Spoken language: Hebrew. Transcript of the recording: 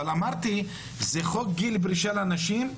אמרתי שזה חוק גיל פרישה לנשים,